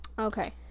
Okay